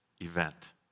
event